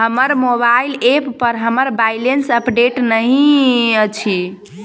हमर mobile app पर हमर बैलेंस अपडेट नहि अछि